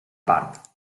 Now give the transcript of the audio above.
part